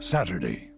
Saturday